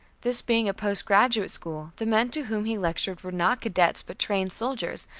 this being a post-graduate school, the men to whom he lectured were not cadets but trained soldiers,